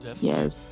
yes